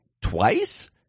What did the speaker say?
twice